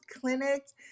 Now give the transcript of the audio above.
clinics